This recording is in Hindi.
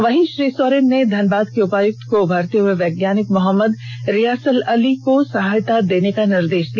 वहीं श्री सोरेन ने धनबाद के उपायुक्त को उभरते हुए वैज्ञानिक मोहम्मद रियासल अली को सहायकता देने का निर्देष दिया